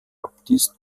baptiste